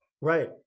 Right